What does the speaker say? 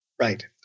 Right